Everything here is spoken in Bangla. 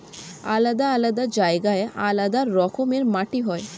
আলাদা আলাদা জায়গায় আলাদা রকমের মাটি হয়